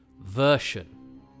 version